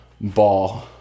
ball